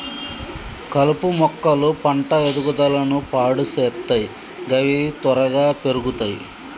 కలుపు మొక్కలు పంట ఎదుగుదలను పాడు సేత్తయ్ గవి త్వరగా పెర్గుతయ్